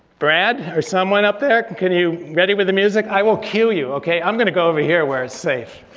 brad, or someone up there. can you ready with the music? i will cue you. okay i'm gonna go over here where it's safe.